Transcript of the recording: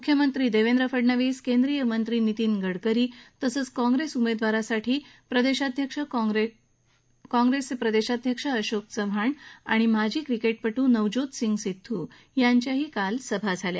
मुख्यमंत्री देवेंद्र फडणवीस केंद्रीय मंत्री नितीन गडकरी तसंच काँग्रेस उमेदवारासाठी प्रदेशाध्यक्ष अशोक चव्हाण आणि माजी क्रिकेटपटू नवज्योतसिंग सिद्धू यांच्याही काल सभा झाल्या